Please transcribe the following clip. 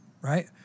right